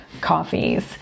coffees